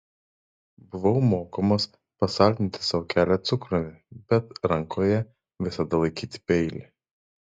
buvau mokomas pasaldinti sau kelią cukrumi bet rankoje visada laikyti peilį